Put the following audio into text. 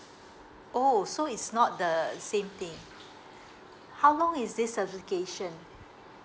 oh so it's not the the same thing how long is this application